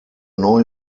neu